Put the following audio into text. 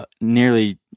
nearly